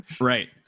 Right